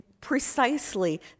precisely